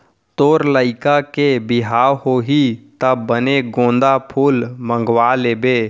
तोर लइका के बिहाव होही त बने गोंदा फूल मंगवा लेबे